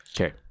Okay